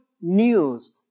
news